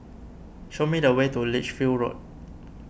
show me the way to Lichfield Road